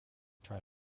try